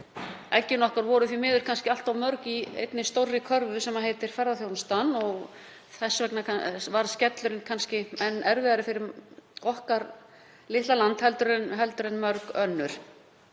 eggin okkar voru því miður kannski allt of mörg í einni stórri körfu sem heitir ferðaþjónusta. Þess vegna varð skellurinn kannski enn þyngri fyrir okkar litla land en mörg önnur.